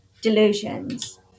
delusions